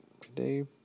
Today